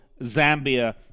Zambia